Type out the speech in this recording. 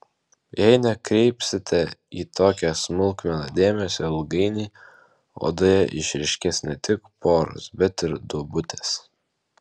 jei nekreipsite į tokią smulkmeną dėmesio ilgainiui odoje išryškės ne tik poros bet ir duobutės